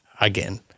again